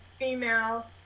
female